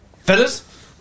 Fellas